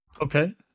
Okay